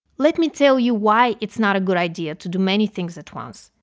let me tell you why it's not a good idea to do many things at once.